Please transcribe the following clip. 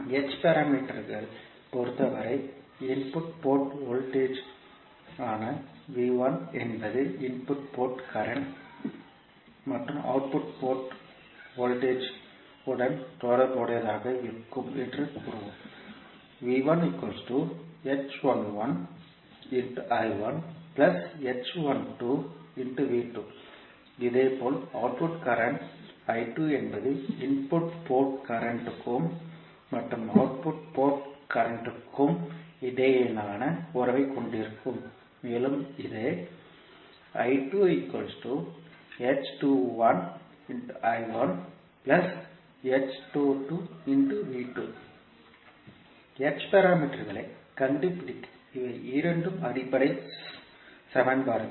h பாராமீட்டர்களைப் பொறுத்தவரை input port voltage ஆன என்பது இன்புட் போர்ட் கரண்ட் மற்றும் அவுட்புட் போர்ட் வோல்டேஜ் உடன் தொடர்புடையதாக இருக்கும் என்று கூறுவோம் இதேபோல் அவுட்புட் போர்ட் கரண்ட் என்பது இன்புட் போர்ட் கரண்ட் கும் மற்றும் அவுட்புட் போர்ட் கரண்ட் க்கும் இடையிலான உறவைக் கொண்டிருக்கும் மேலும் இது h பாராமீட்டர்களைக் கண்டுபிடிக்க இவை இரண்டு அடிப்படை சமன்பாடுகள்